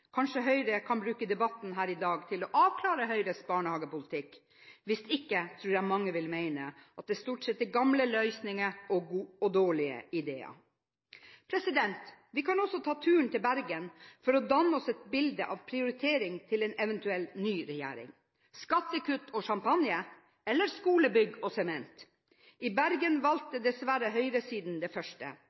Kanskje Høyre kan bruke debatten her i dag til å avklare Høyres barnehagepolitikk? Hvis ikke tror jeg mange vil mene at dette stort sett er gamle løsninger og dårlige ideer. Vi kan også ta turen til Bergen for å danne oss et bilde av prioriteringene til en eventuell ny regjering. Skattekutt og champagne eller skolebygg og sement? I Bergen valgte dessverre høyresiden det første.